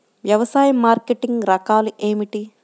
వ్యవసాయ మార్కెటింగ్ రకాలు ఏమిటి?